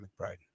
McBride